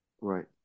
Right